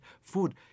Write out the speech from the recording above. food